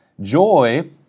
Joy